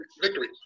Victory